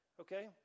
okay